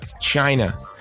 China